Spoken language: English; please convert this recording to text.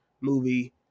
movie